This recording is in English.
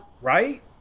right